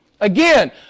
Again